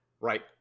Right